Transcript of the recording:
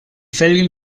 felgen